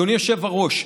אדוני היושב-ראש,